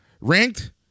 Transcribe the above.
ranked